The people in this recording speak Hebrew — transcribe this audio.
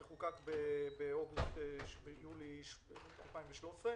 זה חוקק ביולי 2013,